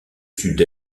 sud